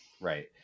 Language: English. Right